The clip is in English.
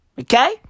Okay